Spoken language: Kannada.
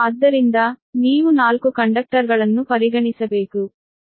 ಆದ್ದರಿಂದ ನೀವು 4 ಕಂಡಕ್ಟರ್ಗಳನ್ನು ಪರಿಗಣಿಸಬೇಕು